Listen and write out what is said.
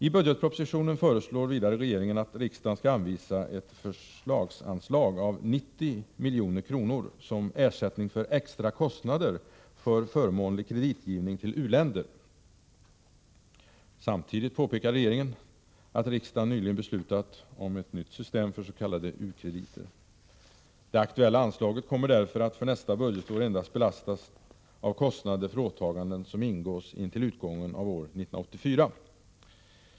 I budgetpropositionen föreslår regeringen att riksdagen anvisar ett förslagsanslag om 90 milj.kr. som ersättning för extra kostnader för förmånlig kreditgivning till u-länder. Samtidigt påpekar regeringen att riksdagen nyligen beslutat om ett nytt system för s.k. u-krediter. Det aktuella anslaget kommer därför för nästa budgetår endast att belastas av kostnader för åtaganden som ingås intill utgången av år 1984.